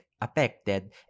affected